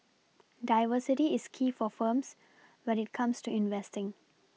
diversity is key for firms when it comes to investing